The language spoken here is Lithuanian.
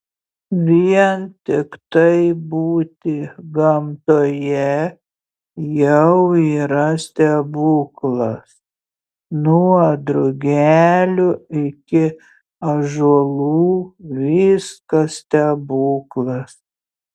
vien tiktai būti gamtoje jau yra stebuklas nuo drugelių iki ąžuolų viskas stebuklas